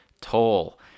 Toll